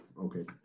Okay